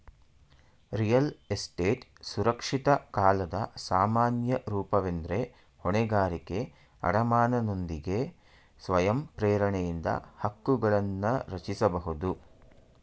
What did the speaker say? real estate ಸುರಕ್ಷಿತ ಕಾಲದ ಸಾಮಾನ್ಯ ರೂಪವೆಂದ್ರೆ ಹೊಣೆಗಾರಿಕೆ ಅಡಮಾನನೊಂದಿಗೆ ಸ್ವಯಂ ಪ್ರೇರಣೆಯಿಂದ ಹಕ್ಕುಗಳನ್ನರಚಿಸಬಹುದು